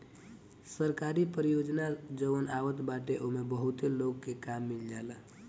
सरकारी परियोजना जवन आवत बाटे ओमे बहुते लोग के काम मिल जाला